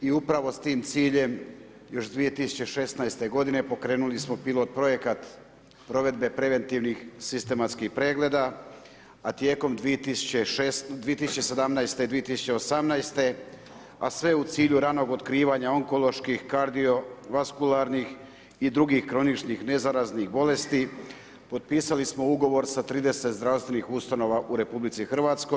I upravo s tim ciljem još 2016. godine pokrenuli smo pilot projekat provedbe preventivnih sistematskih pregleda a tijekom 2017. i 2018. a sve u cilju ranog otkrivanja onkoloških, kardiovaskularnih i drugih kroničnih nezaraznih bolesti potpisali smo ugovor sa 30 zdravstvenih ustanova u RH.